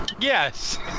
Yes